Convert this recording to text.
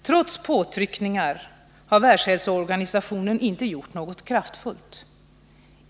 Trots påtryckningar har WHO inte gjort något kraftfullt.